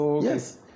Yes